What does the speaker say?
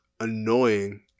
annoying